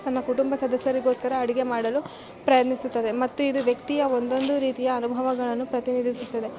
ತನ್ನ ಕುಟುಂಬ ಸದಸ್ಯರಿಗೋಸ್ಕರ ಅಡುಗೆ ಮಾಡಲು ಪ್ರಯತ್ನಿಸುತ್ತದೆ ಮತ್ತು ಇದು ವ್ಯಕ್ತಿಯ ಒಂದೊಂದು ರೀತಿಯ ಅನುಭವಗಳನ್ನು ಪ್ರತಿನಿಧಿಸುತ್ತದೆ